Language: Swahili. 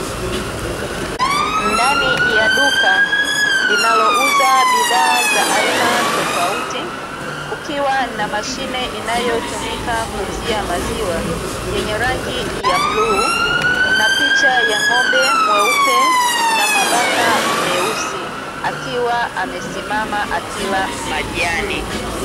Ndani ya duka linalouza bidhaa za aina tofauti, kukiwa na mashine inayotumika kuuzia maziwa, yenye rangi ya bluu na picha ya ng'ombe mweupe na mabaka meusi akiwa amesimama akila majani.